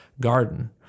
garden